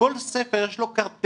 לכל ספר יש כרטסת,